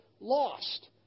lost